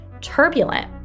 turbulent